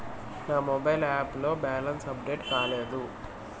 నా mobile app లో balance update కాలేదు